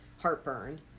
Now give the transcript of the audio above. heartburn